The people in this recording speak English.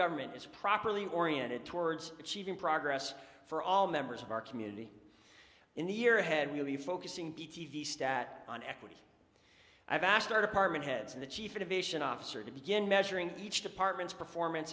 government is properly oriented towards achieving progress for all members of our community in the year ahead we'll be focusing p t v stat on equity i've asked our department heads and the chief innovation officer to begin measuring each department's performance